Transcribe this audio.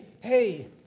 hey